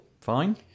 fine